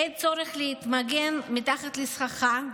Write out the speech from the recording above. אין צורך להתמגן מתחת לסככה,